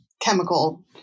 chemical